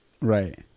Right